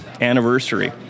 anniversary